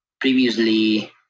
Previously